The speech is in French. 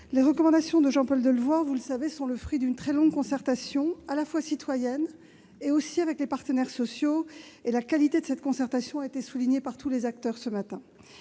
Les recommandations de Jean-Paul Delevoye sont, vous le savez, le fruit d'une très longue concertation, à la fois citoyenne et avec les partenaires sociaux ; la qualité de cette concertation a été soulignée par tous les acteurs ce matin.